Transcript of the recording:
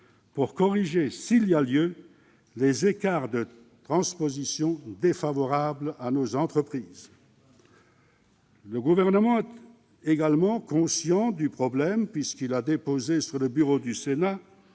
pour corriger, s'il y a lieu, les écarts de transposition défavorables à nos entreprises. Le Gouvernement est également conscient du problème, puisqu'il a déposé sur le bureau du Sénat